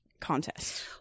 Contest